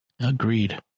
Agreed